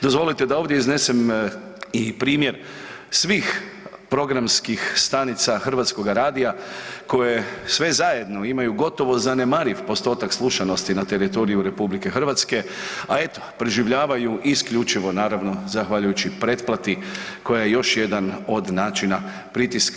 Dozvolite da ovdje iznesem i primjer svih programskih stanica Hrvatskoga radija koje sve zajedno imaju gotovo zanemariv postotak slušanosti na teritoriju RH, a eto preživljavaju i isključivo naravno zahvaljujući pretplati koja je još jedan od načina pritiska.